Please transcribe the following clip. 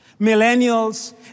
millennials